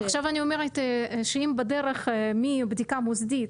עכשיו אני אומרת שאם בדרך מבדיקה מוסדית,